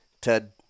Ted